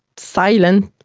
silent.